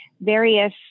various